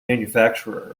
manufacturer